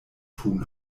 tun